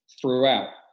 throughout